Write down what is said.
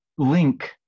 link